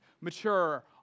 mature